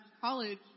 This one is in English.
college